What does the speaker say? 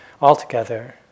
altogether